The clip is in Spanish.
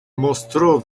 mostró